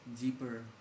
deeper